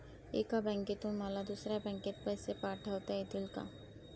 एका बँकेतून मला दुसऱ्या बँकेत पैसे पाठवता येतील का?